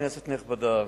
כנסת נכבדה,